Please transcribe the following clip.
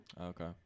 Okay